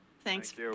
Thanks